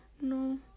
no